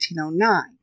1809